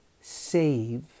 save